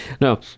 no